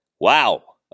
Wow